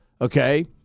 okay